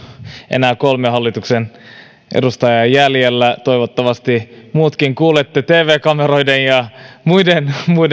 enää kolme hallituksen edustajaa jäljellä toivottavasti muutkin kuulevat tv kameroiden ja muiden